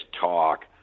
talk